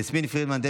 יסמין פרידמן,